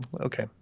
okay